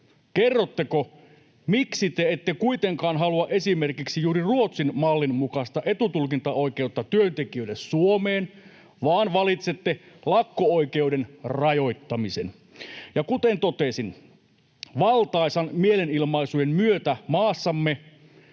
kerrotteko, miksi te ette kuitenkaan halua esimerkiksi juuri Ruotsin-mallin mukaista etutulkintaoikeutta työntekijöille Suomeen, vaan valitsette lakko-oikeuden rajoittamisen? Ja kuten totesin, valtaisista mielenilmaisuista ei maassamme